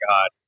God